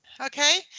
Okay